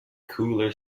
cooler